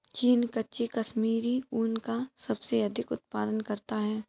चीन कच्चे कश्मीरी ऊन का सबसे अधिक उत्पादन करता है